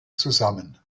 zusammen